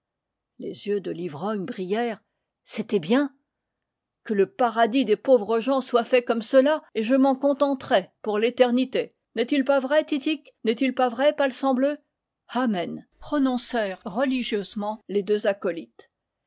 les yeux de l'ivrogne brillèrent c'était bien que le paradis des pauvres gens soit fait comme cela et je m'en contenterai pour l'éternité n'est-il pas vrai titik n'est-il pas vrai palsambleu amen prononcèrent religieusement les deux acolytes